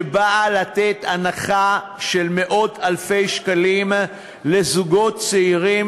שבאה לתת הנחה של מאות-אלפי שקלים לזוגות צעירים